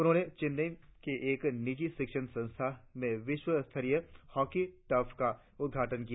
उन्होंने चेन्नई के एक निजी शिक्षण संस्थान में विश्व स्तरीय हॉकी टर्फ का उदघाटन किया